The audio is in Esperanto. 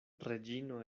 reĝino